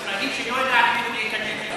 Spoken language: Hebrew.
שהיא לא יודעת מאיפה להיכנס.